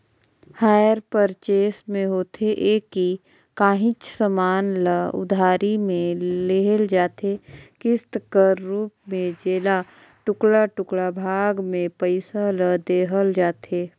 hire purchase में होथे ए कि काहींच समान ल उधारी में लेहल जाथे किस्त कर रूप में जेला टुड़का टुड़का भाग में पइसा ल देहल जाथे